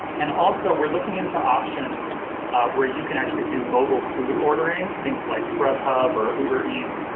and also, we're looking into options where you can actually do mobile food orderings, think like grubhub or ubereats,